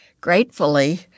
Gratefully